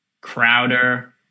Crowder